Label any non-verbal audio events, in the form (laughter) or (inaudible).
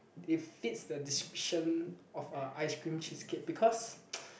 it fits the description of a ice cream cheese cake because (noise)